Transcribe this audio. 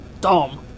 dumb